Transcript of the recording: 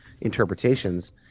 interpretations